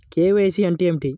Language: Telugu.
కే.వై.సి అంటే ఏమి?